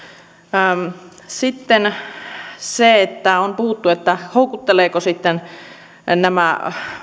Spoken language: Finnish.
sitten on puhuttu että houkuttelevatko nämä